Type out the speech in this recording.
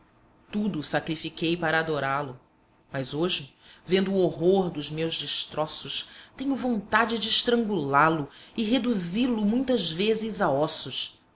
tudo sacrifiquei para adorá lo mas hoje vendo o horror dos meus destroços tenho vontade de estrangulá lo e reduzi lo muitas vezes a ossos